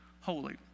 holy